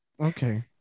Okay